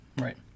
right